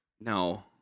No